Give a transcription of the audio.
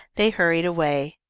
they hurried away.